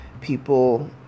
people